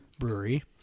Brewery